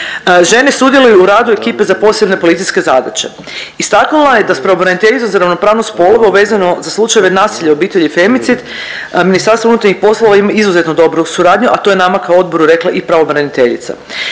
Žene sudjeluju u radu ekipe za posebne policijske zadaće. Istaknula je da s pravobraniteljicom za ravnopravnost spolova vezano za slučajeve nasilja u obitelji i femicid MUP ima izuzetno dobru suradnju, a to je nama kao odboru rekla i pravobraniteljica.